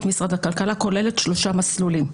משרד הכלכלה כוללת שלושה מסלולים.